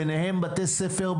בהם בתי ספר,